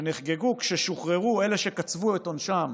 שנחגגו כששוחררו אלה שקצבו את עונשם,